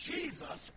Jesus